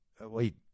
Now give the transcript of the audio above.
wait